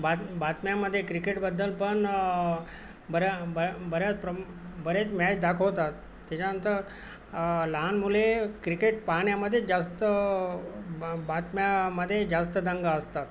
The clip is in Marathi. बात बातम्यामध्ये क्रिकेटबद्दलपण बऱ्या ब बऱ्याच प्रम बरेच मॅच दाखवतात त्याच्यानंतर लहान मुले क्रिकेट पाहण्यामध्ये जास्त ब बातम्यामध्ये जास्त दंग असतात